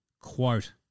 Quote